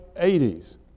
80s